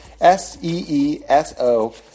S-E-E-S-O